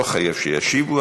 לא חייבים להשיב,